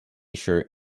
tshirt